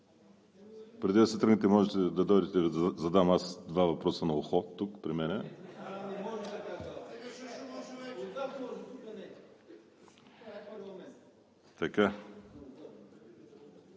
Преди да си тръгнете, можете да дойдете да Ви задам два въпроса на ухо – тук, при мен.